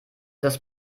dass